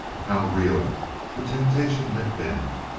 how real the temptation had been,